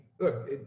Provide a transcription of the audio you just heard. look